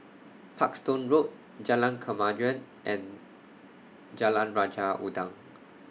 Parkstone Road Jalan Kemajuan and Jalan Raja Udang